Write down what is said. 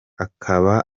akaba